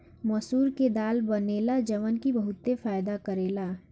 मसूर के दाल बनेला जवन की बहुते फायदा करेला